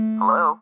Hello